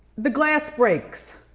the glass breaks.